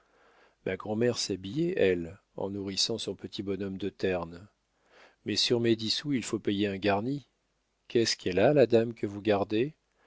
ma grand'mère s'habillait elle en nourrissant son petit bonhomme de terne mais sur mes dix sous il faut payer un garni qu'est-ce qu'elle a la dame que vous gardez